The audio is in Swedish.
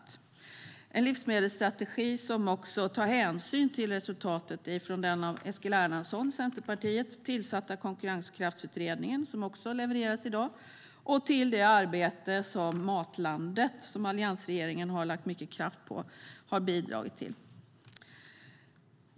Det är en livsmedelsstrategi som tar hänsyn till resultatet från den av Eskil Erlandsson, Centerpartiet, tillsatta Konkurrenskraftsutredningen som också levereras i dag och till det arbete som Matlandet, som alliansregeringen har lagt mycket kraft på, har bidragit till.